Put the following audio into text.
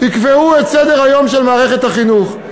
יקבעו את סדר-היום של מערכת החינוך.